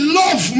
love